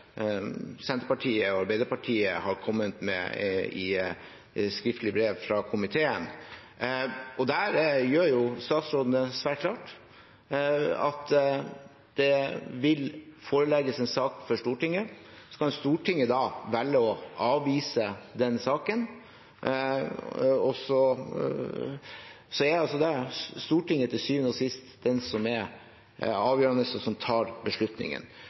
Senterpartiet og Arbeiderpartiet har kommet med skriftlig i brev fra komiteen. Der gjør jo statsråden det svært klart at det vil forelegges en sak for Stortinget. Så kan Stortinget velge å avvise den saken, og det er da Stortinget som til syvende og sist avgjør og tar beslutningen. Det er for så vidt også en kodifisering av det som